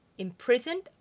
imprisoned